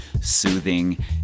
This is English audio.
soothing